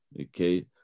Okay